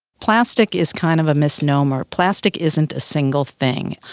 plastic is kind of a misnomer. plastic isn't a single thing.